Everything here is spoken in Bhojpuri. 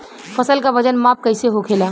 फसल का वजन माप कैसे होखेला?